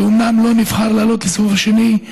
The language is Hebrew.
שאומנם לא נבחר לעלות לסיבוב השני,